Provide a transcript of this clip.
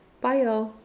bye